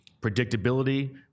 predictability